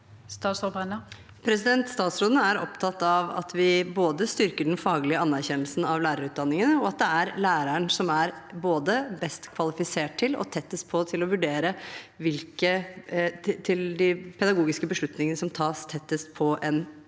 Statsråd Tonje Brenna Statsråden er opptatt av både at vi styrker den faglige anerkjennelsen av lærerutdanningen, og at det er læreren som er både best kvalifisert til og tettest på til å vurdere hvilke pedagogiske beslutninger som tas tettest på den enkelte